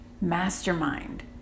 mastermind